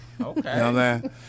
okay